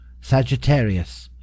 Sagittarius